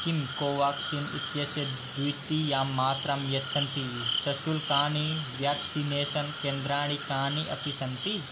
किं कोवाक्सिन् इत्यस्य द्वितीयां मात्रां यच्छन्ति सशुल्कानि व्याक्सिनेषन् केन्द्राणि कानि अपि सन्ति